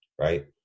right